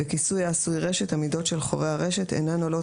בכיסוי העשוי רשת המידות של חורי הרשת אינן עולות